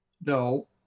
No